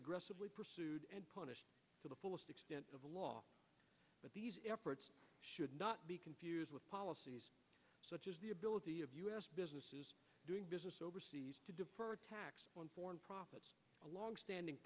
aggressively pursued and punished to the fullest extent of the law but these efforts should not be confused with policies such as the ability of u s businesses doing business overseas to defer tax on foreign profits a long standing